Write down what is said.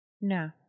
No